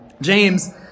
James